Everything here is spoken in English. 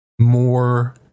more